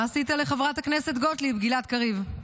מה עשית לחברת הכנסת גוטליב, גלעד קריב?